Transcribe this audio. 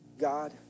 God